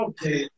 Okay